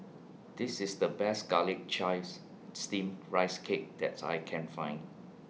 This IS The Best Garlic Chives Steamed Rice Cake that's I Can Find